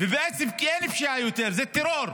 כי אין פשיעה יותר, זה טרור.